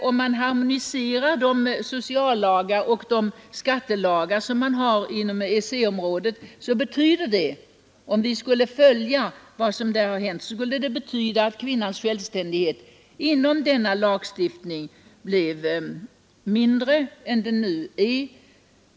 Om man harmoniserar de sociallagar och skattelagar som finns inom EEC-området, betyder detta att kvinnans självständighet inom området för denna lagstiftning bleve mindre än den nu är.